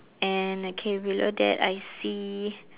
and K below that I see